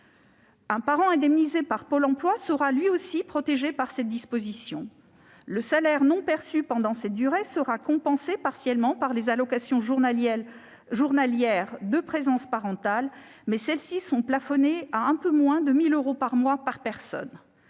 Un parent indemnisé par Pôle emploi sera lui aussi protégé par cette disposition. Le salaire non perçu pendant cette durée sera compensé partiellement par les allocations journalières de présence parentale, mais celles-ci sont plafonnées à un peu moins de 1 000 euros par mois par personne.